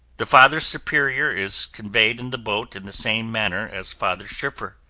the father superior is conveyed in the boat in the same manner as father schiffer.